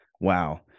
wow